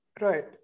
right